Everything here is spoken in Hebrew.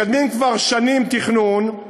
מקדמים כבר שנים תכנון,